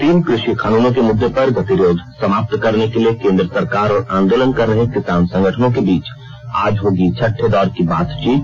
तीन कृषि कानूनों के मुद्दे पर गतिरोध समाप्त करने के लिए केन्द्र सरकार और आंदोलन कर रहे किसान संगठनों के बीच आज होगी छठे दौर की बातचीत